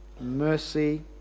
mercy